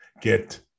get